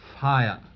fire